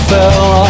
fell